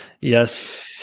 yes